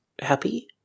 happy